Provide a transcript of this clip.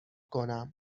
کنم